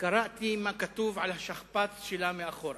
קראתי מה כתוב על השכפ"ץ שלה מאחורה.